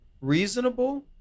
Reasonable